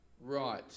right